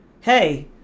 hey